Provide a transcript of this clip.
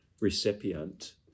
recipient